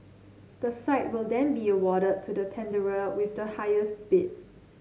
the site will then be awarded to the tenderer with the highest bid